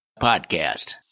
podcast